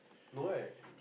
no right